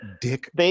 Dick